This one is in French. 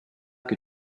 que